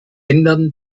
ändern